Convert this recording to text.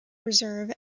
reserve